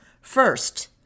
First